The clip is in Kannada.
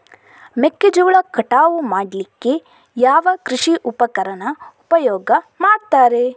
ಮೆಕ್ಕೆಜೋಳ ಕಟಾವು ಮಾಡ್ಲಿಕ್ಕೆ ಯಾವ ಕೃಷಿ ಉಪಕರಣ ಉಪಯೋಗ ಮಾಡ್ತಾರೆ?